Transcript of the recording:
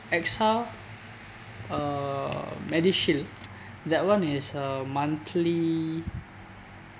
AXA uh MediShield that one is a monthly